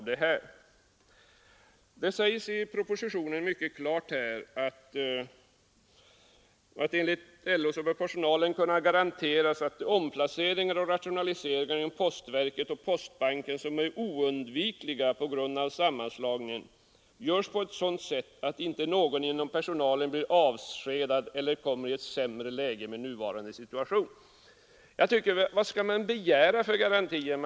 Det sägs i propositionen mycket klart att enligt LO bör personalen kunna garanteras att omplaceringar och rationaliseringar inom postverket och postbanken som är oundvikliga på grund av sammanslagningen görs på ett sådant sätt att inte någon ibland personalen blir avskedad eller kommer i ett sämre läge än med nuvarande situation. Vad skall man begära för garantier?